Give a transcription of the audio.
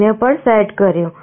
0 પર સેટ કર્યું